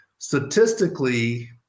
Statistically